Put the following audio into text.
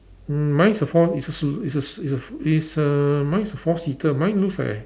mm mine is a four is also is the is the is err mine is a four seater mine looks like